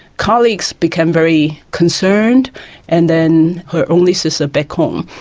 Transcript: colleagues became very concerned and then her only sister back home.